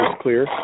clear